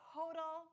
total